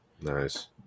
Nice